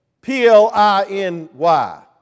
P-L-I-N-Y